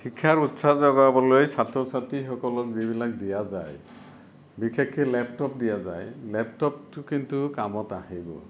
শিক্ষাৰ উৎসাহ যোগাবলৈ ছাত্ৰ ছাত্ৰীসকলক যিবিলাক দিয়া যায় বিশেষকে লেপটপ দিয়া যায় লেপটপটো কিন্তু কামত আহিব